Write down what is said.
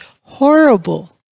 horrible